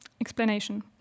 explanation